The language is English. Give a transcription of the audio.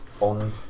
on